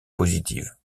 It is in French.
positives